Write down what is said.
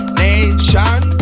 nation